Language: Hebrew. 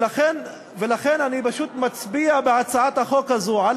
ולכן אני פשוט מצביע בהצעת החוק הזו על